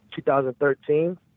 2013